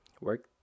work